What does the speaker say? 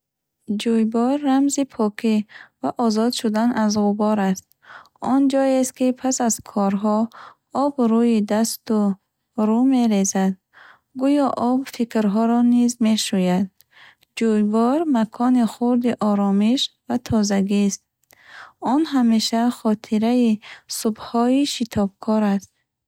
Ҷуйбор рамзи покӣ ва озод шудан аз ғубор аст. Он ҷоест, ки пас аз корҳо об рӯи дасту рӯ мерезад. Гӯё об фикрҳоро низ мешӯяд. Ҷуйбор макони хурди оромиш ва тозагист. Он ҳамеша хотираи субҳҳои шитобкор аст.